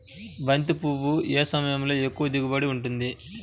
బంతి పువ్వు ఏ సమయంలో ఎక్కువ దిగుబడి ఉంటుంది?